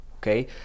okay